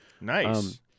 nice